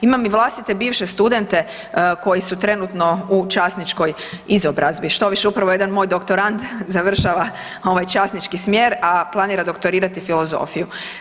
Imam i vlastite bivše studente koji su trenutno u časničkoj izobrazbi, štoviše, upravo je jedan moj doktorant završava ovaj časnički smjer a planira doktorirati filozofiju.